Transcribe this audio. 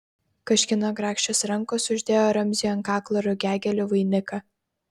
kažkieno grakščios rankos uždėjo ramziui ant kaklo rugiagėlių vainiką